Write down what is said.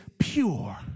pure